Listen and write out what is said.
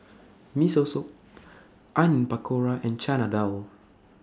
Miso Soup Onion Pakora and Chana Dal